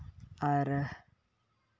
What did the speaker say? ᱟᱨ